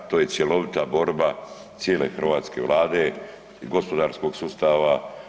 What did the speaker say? To je cjelovita borba cijele hrvatske Vlade i gospodarskog sustava.